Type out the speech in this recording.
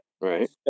right